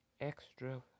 extra